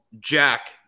Jack